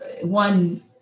one